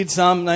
Psalm